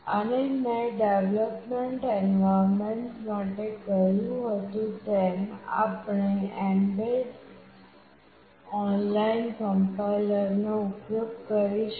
અને મેં development environment માટે કહ્યું હતું તેમ આપણે એમ્બેડ ઓનલાઇન કમ્પાઇલરનો ઉપયોગ કરીશું